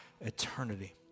eternity